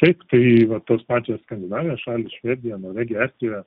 taip tai va tos pačios skandinavijos šalys švedija norvegija estija